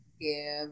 give